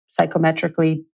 psychometrically